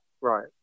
Right